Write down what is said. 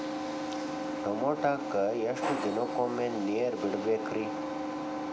ಟಮೋಟಾಕ ಎಷ್ಟು ದಿನಕ್ಕೊಮ್ಮೆ ನೇರ ಬಿಡಬೇಕ್ರೇ?